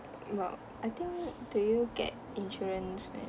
well I think do you get insurance when